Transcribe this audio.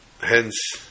hence